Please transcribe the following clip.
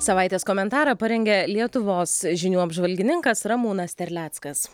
savaitės komentarą parengė lietuvos žinių apžvalgininkas ramūnas terleckas